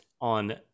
on